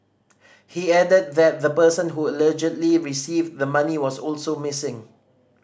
he added that the person who allegedly received the money was also missing